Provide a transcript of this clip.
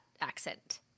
accent